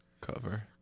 cover